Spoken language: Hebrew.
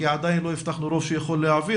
כי עדיין לא הבטחנו רוב שיכול להעביר,